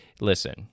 Listen